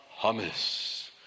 hummus